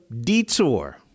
detour